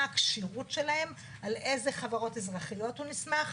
מה הכשירות שלהם, על איזה חברות אזרחיות הוא נסמך,